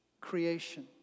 creation